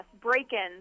break-ins